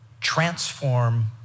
transform